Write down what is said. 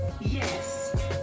Yes